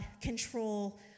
control